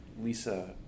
Lisa